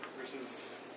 versus